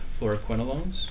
fluoroquinolones